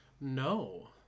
No